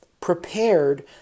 prepared